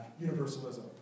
universalism